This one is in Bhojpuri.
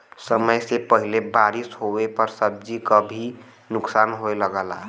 समय से पहिले बारिस होवे पर सब्जी क भी नुकसान होये लगला